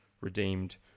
redeemed